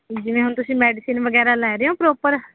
ਜਿਵੇਂ ਹੁਣ ਤੁਸੀਂ ਮੈਡੀਸਨ ਵਗੈਰਾ ਲੈ ਰਹੇ ਹੋ ਪ੍ਰੋਪਰ